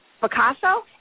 Picasso